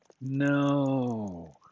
no